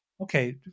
Okay